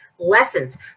lessons